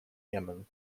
yemen